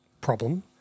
problem